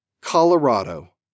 Colorado